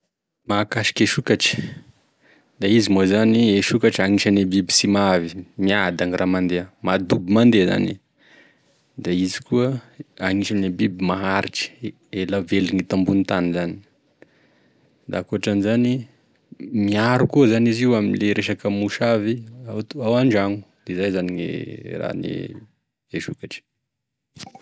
Mahakasiky e sokatry, da izy moa zany e sokatra agnisan'e biby sy mahavy, miadany raha mandeha, madoby mandeha zany e, da izy koa agnisan'e biby maharitry ela velogny eto ambonitany zany, da akoatran'izany miaro koa zany izy amle resaky mosavy ao an-dragno, de izay zany ny rahagne sokatry.